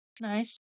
nice